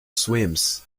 swims